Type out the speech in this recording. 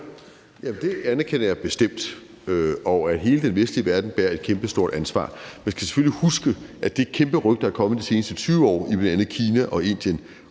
Det anerkender jeg bestemt, og at hele den vestlige verden bærer et kæmpestort ansvar. Man skal selvfølgelig huske, at det kæmpe ryk, der er kommet de seneste 20 år i bl.a. Kina og Indien,